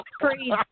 crazy